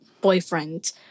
boyfriend